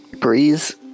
Breeze